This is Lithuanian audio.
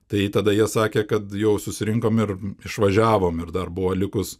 tai tada jie sakė kad jau susirinkom ir išvažiavom ir dar buvo likus